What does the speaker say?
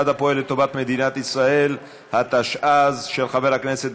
התשע"ז 2017,